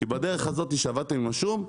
בדרך הזו שעבדתם עם השום,